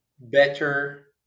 better